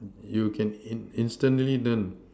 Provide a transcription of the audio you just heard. you can in instantly learn